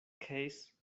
case